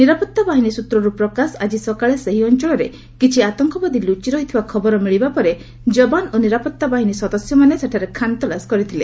ନିରାପତ୍ତା ବାହିନୀ ସୂତ୍ରରୁ ପ୍ରକାଶ ଆଜି ସକାଳେ ସେହି ଅଞ୍ଚଳରେ କିଛି ଆତଙ୍କବାଦୀ ଲୁଚିରହିଥିବା ଖବର ମିଳିବା ପରେ ଯବାନ ଓ ନିରାପତ୍ତା ବାହିନୀ ସଦସ୍ୟମାନେ ସେଠାରେ ଖାନ୍ତଲାସ କରିଥିଲେ